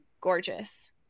gorgeous